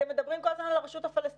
אתם מדברים כל הזמן על הרשות הפלסטינית,